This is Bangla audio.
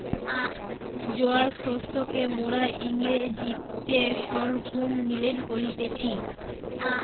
জোয়ার শস্যকে মোরা ইংরেজিতে সর্ঘুম মিলেট বলতেছি